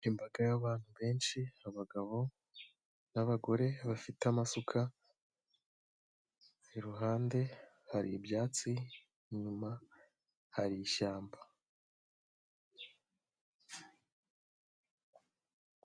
Imbaga y'abantu benshi abagabo n'abagore bafite amasuka, iruhande hari ibyatsi, inyuma hari ishyamba.